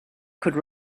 could